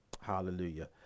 hallelujah